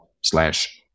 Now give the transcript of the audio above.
slash